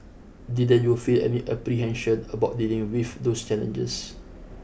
didn't you feel any apprehension about dealing with those challenges